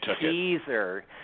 teaser